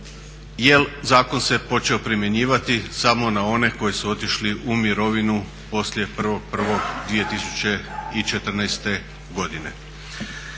jer zakon se počeo primjenjivati samo na one koji su otišli u mirovinu poslije 1.01.2014. godine.